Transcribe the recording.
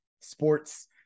sports